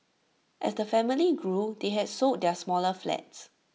as the family gloom they had sold their smaller flats